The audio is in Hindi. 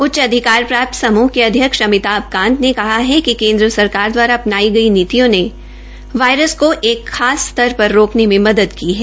उच्च अधिकार प्राप्त समूह के अध्यक्ष अमिताभ कांत ने कहा कि केन्द्र सरकार दवारा अपनाई गई नीतियों ने वायरस को एक खास स्तर पर रोकने में मदद की है